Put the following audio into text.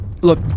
Look